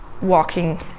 walking